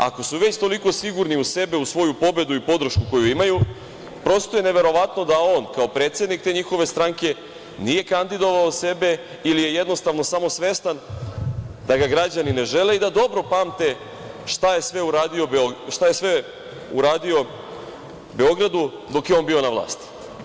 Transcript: Ako su već toliko sigurni u sebe, u svoju pobedu i podršku koju imaju, prosto je neverovatno da on kao predsednik te njihove stranke nije kandidovao sebe ili je jednostavno samo svestan da ga građani ne žele i da dobro pamte šta je sve uradio Beogradu dok je on bio na vlasti.